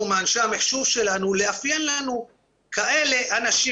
מאנשי המחשוב שלנו לאפיין לנו כאלה אנשים.